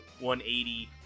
180